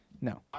No